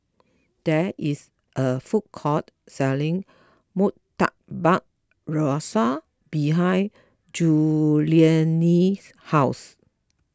there is a food court selling Murtabak Rusa behind Juliann's house